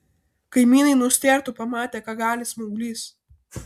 kaimynai nustėrtų pamatę ką gali smauglys